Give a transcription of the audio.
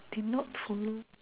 did not follow